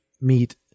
meet